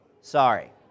sorry